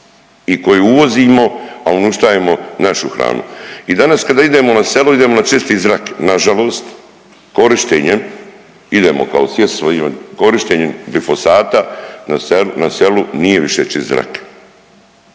i koji uvozimo, a uništajemo našu hranu. I danas kada idemo na selo idemo na čisti zrak, nažalost korištenjem idemo kao … korištenjem glifosata na selu nije više čist zrak.